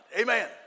Amen